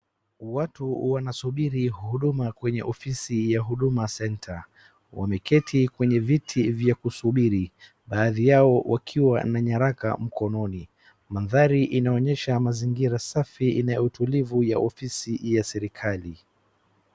Watu wanasubiri huduma kwenye ofisi ya Huduma Centre. Wameketi kwenye viti vya kusubiri, baadhi yao wakiwa na nyaraka mkononi. Mandhari inaonyesha mazingira safi ina utulivu ya ofisi ya serikali.